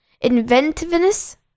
inventiveness